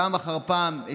פעם אחר פעם,